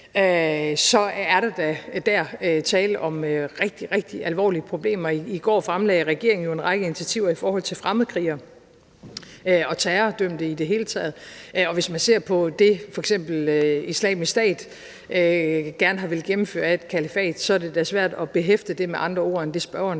er der da dér tale om rigtig, rigtig alvorlige problemer. I går fremlagde regeringen jo en række initiativer i forhold til fremmedkrigere og terrordømte i det hele taget, og hvis man ser på det, som f.eks. Islamisk Stat gerne har villet gennemføre af et kalifat, er det da svært at behæfte det med andre ord end det, spørgeren